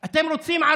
ואני אומר